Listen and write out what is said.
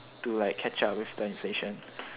to like catch up with the inflation